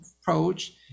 approach